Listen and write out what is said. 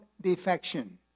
defection